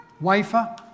wafer